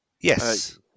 Yes